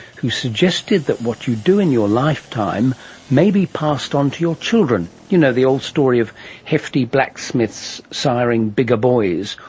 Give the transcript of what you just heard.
who suggested that what you do in your lifetime may be passed on to your children. you know, the old story of hefty blacksmiths siring bigger boys,